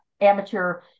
amateur